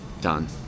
Done